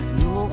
no